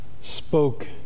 spoke